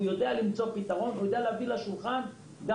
הוא יודע למצוא פתרון ולהביא לשולחן גם